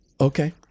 okay